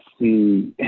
see